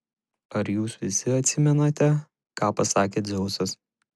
ar jūs visi atsimenate ką pasakė dzeusas